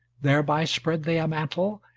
thereby spread they a mantle,